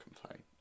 complain